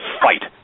fight